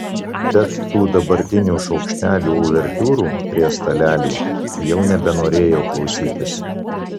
bet tų sidabrinių šaukštelių uvertiūrų prie stalelių jau nebenorėjo klausytis